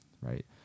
right